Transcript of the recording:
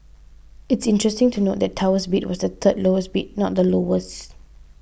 it's interesting to note that Tower's bid was the third lowest bid not the lowest